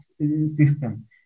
system